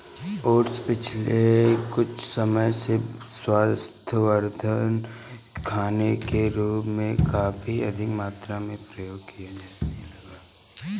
oats पिछले कुछ समय से स्वास्थ्यवर्धक खाने के रूप में काफी अधिक मात्रा में प्रयोग किया जाने लगा है